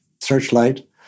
searchlight